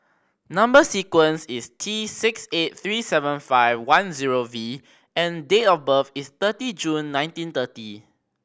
number sequence is T six eight three seven five one zero V and date of birth is thirty June nineteen thirty